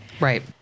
Right